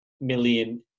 million